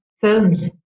films